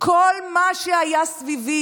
כל מה שהיה סביבי,